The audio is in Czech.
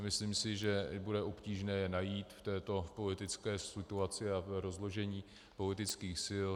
Myslím si, že bude obtížné je najít v této politické situaci a rozložení politických sil.